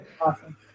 Awesome